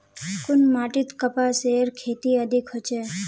कुन माटित कपासेर खेती अधिक होचे?